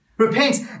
Repent